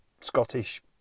Scottish